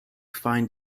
fine